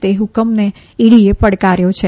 તે હકમને ઇડી એ પડકાર્થો છે